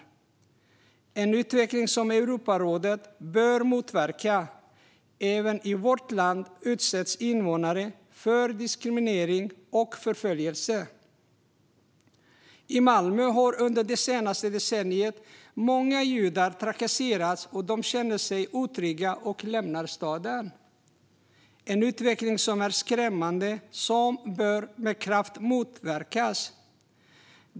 Detta är en utveckling som Europarådet bör motverka. Även i vårt land utsätts invånare för diskriminering och förföljelse. I Malmö har under det senaste decenniet många judar trakasserats, och de känner sig otrygga och lämnar staden - en utveckling som är skrämmande och med kraft bör motverkas.